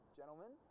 gentlemen